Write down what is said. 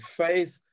faith